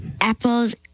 Apples